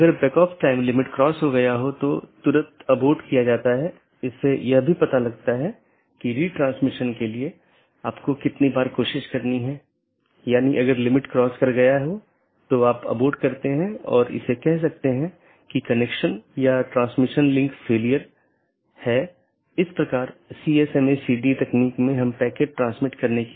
इसलिए चूंकि यह एक पूर्ण मेश है इसलिए पूर्ण मेश IBGP सत्रों को स्थापित किया गया है यह अपडेट को दूसरे के लिए प्रचारित नहीं करता है क्योंकि यह जानता है कि इस पूर्ण कनेक्टिविटी के इस विशेष तरीके से अपडेट का ध्यान रखा गया है